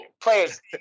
Players